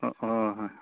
ꯑꯣ ꯍꯣꯏ ꯍꯣꯏ